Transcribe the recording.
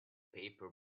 paper